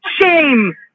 Shame